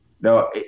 No